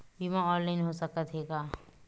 बीमा ऑनलाइन हो सकत हे का?